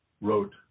wrote